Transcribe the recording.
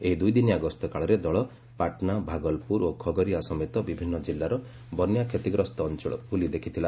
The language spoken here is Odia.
ଏହି ଦୁଇଦିନିଆଗସ୍ତ କାଳରେ ଦଳ ପାଟନା ଭାଗଲପୁର ଓ ଖଗରିଆ ସମେତ ବିଭିନ୍ନ ଜିଲ୍ଲାର ବନ୍ୟା କ୍ଷତିଗ୍ରସ୍ତ ଅଞ୍ଚଳ ବୁଲି ଦେଖିଥିଲା